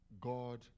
God